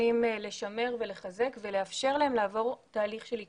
לשמר ולחזק ולאפשר להם לעבור תהליך של התחדשות.